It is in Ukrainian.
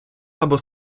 або